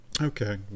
Okay